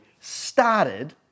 started